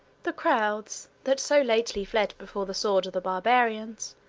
the crowds that so lately fled before the sword of the barbarians,